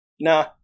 nah